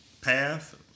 path